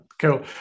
cool